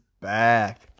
back